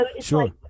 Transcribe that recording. Sure